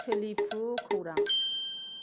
सोलिफु खौरां